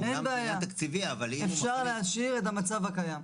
אין בעיה, אפשר להשאיר את המצב הקיים.